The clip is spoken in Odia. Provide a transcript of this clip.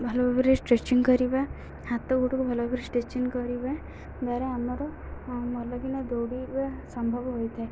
ଭଲ ଭାବରେ ଷ୍ଟ୍ରେଚିଙ୍ଗ କରିବା ହାତ ଗୋଡ଼କୁ ଭଲ ଭାବରେ ଷ୍ଟ୍ରେଚିଙ୍ଗ କରିବା ଦ୍ୱାରା ଆମର ଭଲକିନା ଦୌଡ଼ିବା ସମ୍ଭବ ହୋଇଥାଏ